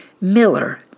Miller